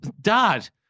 Dad